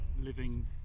living